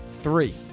Three